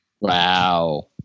Wow